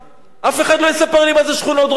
אף אחד לא יספר לי מה זה שכונות דרום תל-אביב.